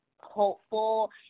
hopeful